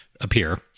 appear